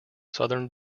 southern